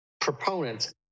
proponents